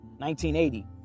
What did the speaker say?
1980